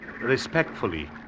respectfully